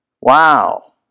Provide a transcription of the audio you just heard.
wow